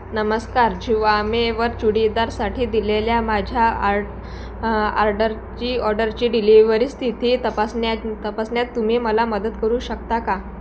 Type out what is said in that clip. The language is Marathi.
नमस्कार झिवामेवर चुडीदारसाठी दिलेल्या माझ्या आ आर्डरची ऑर्डरची डिलिव्हरी स्थिती तपासण्या तपासण्यात तुम्ही मला मदत करू शकता का